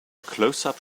closeup